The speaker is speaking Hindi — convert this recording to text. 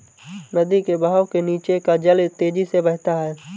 नदी के बहाव के नीचे का जल तेजी से बहता है